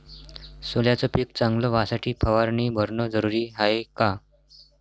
सोल्याचं पिक चांगलं व्हासाठी फवारणी भरनं जरुरी हाये का?